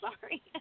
sorry